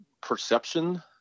perception